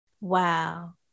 Wow